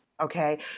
okay